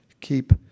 keep